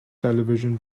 television